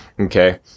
Okay